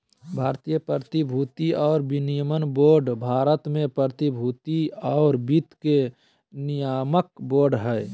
भारतीय प्रतिभूति और विनिमय बोर्ड भारत में प्रतिभूति और वित्त के नियामक बोर्ड हइ